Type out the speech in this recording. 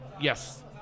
Yes